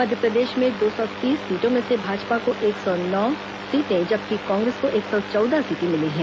मध्यप्रदेश में दो सो तीस सीटों में से भाजपा को एक सौ नौ सीटें जबकि कांग्रेस को एक सौ चौदह सीटें मिली हैं